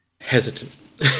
hesitant